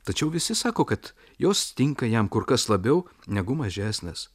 tačiau visi sako kad jos tinka jam kur kas labiau negu mažesnės